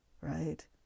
right